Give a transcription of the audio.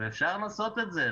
ואפשר לעשות את זה.